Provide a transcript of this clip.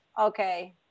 okay